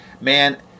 man